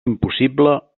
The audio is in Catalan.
impossible